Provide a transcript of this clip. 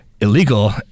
illegal